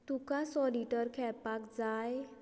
तुका सॉलिटर खेळपाक जाय